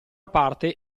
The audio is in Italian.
parte